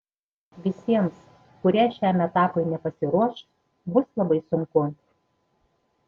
visiems kurie šiam etapui nepasiruoš bus labai sunku